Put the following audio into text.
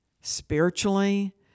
spiritually